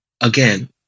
again